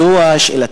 זו שאלתי.